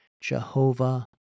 Jehovah